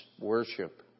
worship